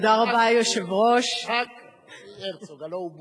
יצחק הרצוג, הלוא הוא בוז'י.